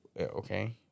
okay